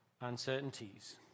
uncertainties